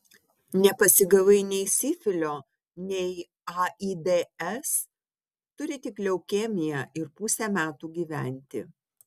nepasigavai nei sifilio nei aids turi tik leukemiją ir pusę metų gyventi